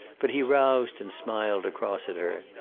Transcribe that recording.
but he roused and smiled across at her.